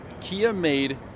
Kia-made